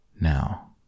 Now